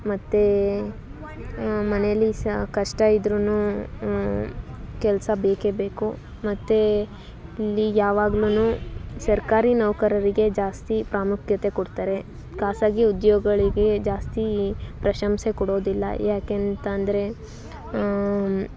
ಮತ್ತೆ ಮನೇಲಿ ಸಾ ಕಷ್ಟ ಇದ್ರುನು ಕೆಲಸ ಬೇಕೇ ಬೇಕು ಮತ್ತೆ ಇಲ್ಲಿ ಯಾವಾಗ್ಲೂನು ಸರ್ಕಾರಿ ನೌಕರರಿಗೆ ಜಾಸ್ತಿ ಪ್ರಾಮುಖ್ಯತೆ ಕೊಡ್ತಾರೆ ಖಾಸಗಿ ಉದ್ಯೋಗಗಳಿಗೆ ಜಾಸ್ತಿ ಪ್ರಶಂಸೆ ಕೊಡೋದಿಲ್ಲ ಯಾಕೇಂತ ಅಂದರೆ